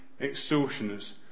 extortioners